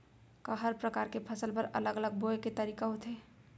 का हर प्रकार के फसल बर अलग अलग बोये के तरीका होथे?